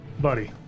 Buddy